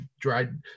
dried